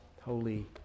holy